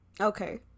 Okay